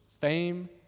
fame